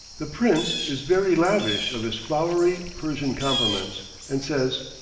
the prince is very lavish of his flowery persian compliments, and says,